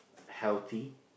healthy